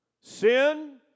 Sin